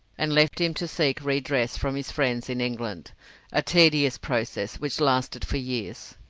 and left him to seek redress from his friends in england a tedious process, which lasted for years.